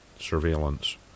surveillance